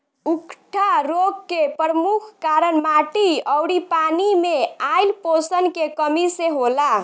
उकठा रोग के परमुख कारन माटी अउरी पानी मे आइल पोषण के कमी से होला